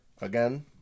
Again